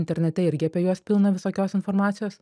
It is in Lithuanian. internete irgi apie juos pilna visokios informacijos